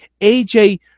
AJ